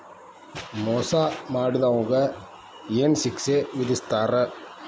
ಮೋಸಾ ಮಾಡಿದವ್ಗ ಏನ್ ಶಿಕ್ಷೆ ವಿಧಸ್ತಾರ?